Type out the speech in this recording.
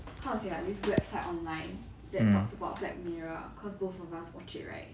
mm